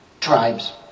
tribes